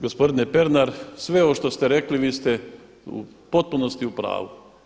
Gospodine Pernar, sve ovo što ste rekli vi ste u potpunosti u pravu.